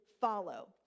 follow